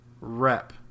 rep